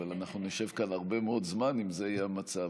אבל אנחנו נשב כאן הרבה מאוד זמן אם זה יהיה המצב.